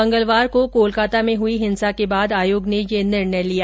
मंगलवार को कोलकता में हुई हिंसा के बाद आयोग ने ये निर्णय लिया